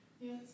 Yes